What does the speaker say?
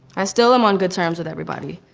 i still am on good terms with everybody.